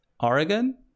Oregon